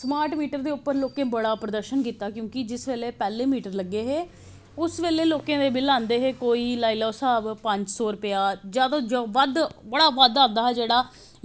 smart meter दे उप्पर लोकें बड़ा प्रदर्शन कीता क्योंकि जिस बेल्लै पैह्लें मीटर लग्गे हे उस बेल्लै लोकें दे बिल आंदे हे कोई लाई लैओ स्हाब पंज सौ रपेआ बद्ध बड़ा बद्ध आंदा हा जेह्ड़ा